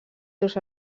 seus